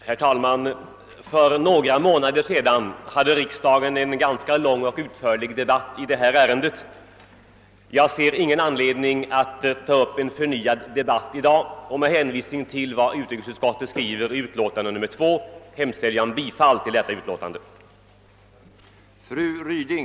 Herr talman! Det fördes här i riksdagen för några månader sedan en ganska lång och utförlig debatt i detta ärende. Jag ser ingen anledning att i dag ta upp en förnyad debatt. Med hänvisning till vad utrikesutskottet skrivit i sitt utlåtande nr 2 yrkar jag bifall till utskottets hemställan.